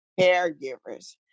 caregivers